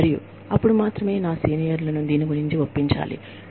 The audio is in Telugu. మరియు అప్పుడు మాత్రమే నా సీనియర్లు ను దీని గురించి ఒప్పించవలసి ఉంటుంది